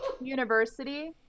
University